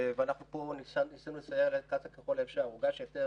ופה ניסינו לסייע לקצא"א ככל האפשר הוגש הסדר